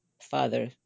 father